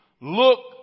look